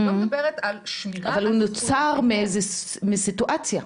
אבל הוא נוצר מסיטואציה.